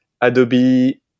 Adobe